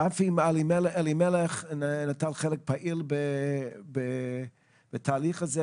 רפי אלמליח נטל חלק פעיל בתהליך הזה,